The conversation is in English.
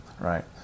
right